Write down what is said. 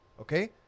Okay